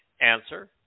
answer